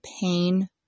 pain